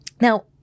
Now